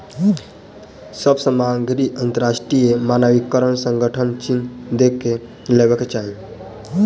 सभ सामग्री अंतरराष्ट्रीय मानकीकरण संगठनक चिन्ह देख के लेवाक चाही